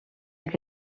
que